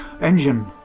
engine